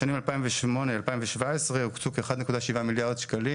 בשנים 2008-2017 הוקצו כ-1.7 מיליארד שקלים